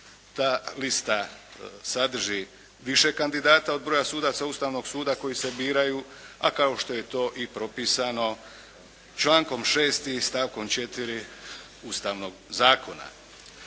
Ta lista sadrži više kandidata od broja sudaca Ustavnog suda koji se biraju, a kao što je to i propisano člankom 6. stavkom 4. Ustavnog zakona.